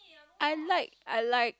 I like I like